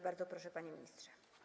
Bardzo proszę, panie ministrze.